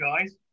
guys